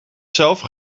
zelf